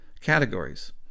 categories